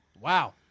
Wow